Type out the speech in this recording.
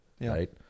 right